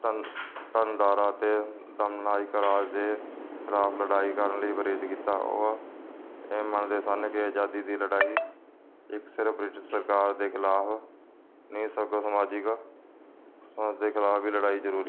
ਧੰਨ ਧੰਨ ਦਾਰਾ ਤੇ ਦਮ ਨਾਇਕਾ ਰਾਜ ਦੇ ਸ਼ਰਾਬ ਲੜਾਈ ਕਰਨ ਲਈ ਪ੍ਰੇਰਿਤ ਕੀਤਾ ਉਹ ਮੰਨਦੇ ਸਨ ਕਿ ਆਜ਼ਾਦੀ ਦੀ ਲੜਾਈ ਇੱਕ ਸਿਰਫ ਬ੍ਰਿਟਿਸ਼ ਸਰਕਾਰ ਦੇ ਖਿਲਾਫ ਨੀ ਸਗੋ ਸਮਾਜਿਕ ਸਮਾਜਿਕ ਖਿਲਾਫ ਵੀ ਲੜਾਈ ਜਰੂਰੀ